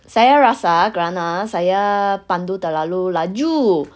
saya rasa kerana saya pandu terlalu laju